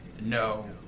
No